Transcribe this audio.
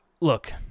look